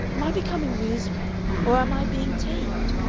am i becoming reasonable or am i being tamed?